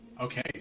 Okay